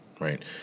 right